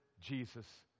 Jesus